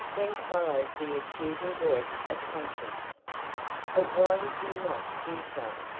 then followed the accusing voice of conscience but why did you not do so?